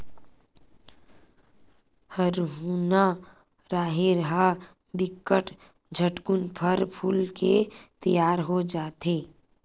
हरूना राहेर ह बिकट झटकुन फर फूल के तियार हो जथे